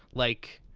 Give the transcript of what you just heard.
like,